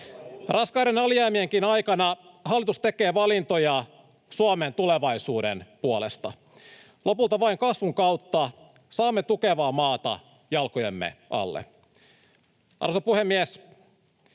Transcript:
Raskaiden alijäämien aikanakin hallitus tekee valintoja Suomen tulevaisuuden puolesta. Lopulta vain kasvun kautta saamme tukevaa maata jalkojemme alle. Arvoisa puhemies!